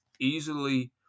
easily